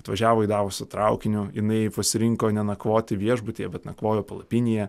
atvažiavo į davosą traukiniu jinai pasirinko nenakvoti viešbutyje bet nakvojo palapinėje